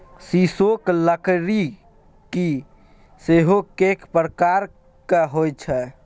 सीसोक लकड़की सेहो कैक प्रकारक होए छै